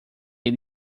ele